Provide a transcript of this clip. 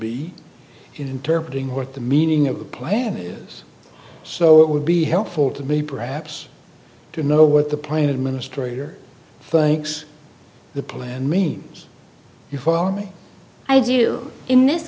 be interpret in what the meaning of the plan is so it would be helpful to me perhaps to know what the plan administrator thanks the plan means you follow me i do in this